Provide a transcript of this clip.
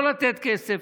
לא לתת כסף.